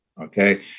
okay